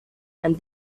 and